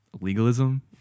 legalism